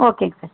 ஓகேங்க சார்